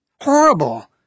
Horrible